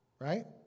Right